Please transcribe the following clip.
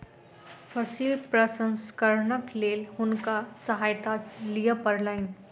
फसिल प्रसंस्करणक लेल हुनका सहायता लिअ पड़लैन